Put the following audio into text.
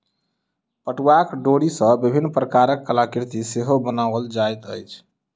पटुआक डोरी सॅ विभिन्न प्रकारक कलाकृति सेहो बनाओल जाइत अछि